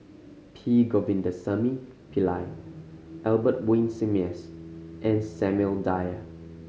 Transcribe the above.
P Govindasamy Pillai Albert Winsemius and Samuel Dyer